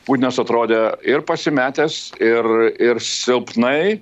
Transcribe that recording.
putinas atrodė ir pasimetęs ir ir silpnai